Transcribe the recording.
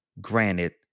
Granted